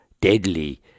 deadly